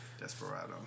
Desperado